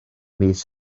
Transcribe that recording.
mis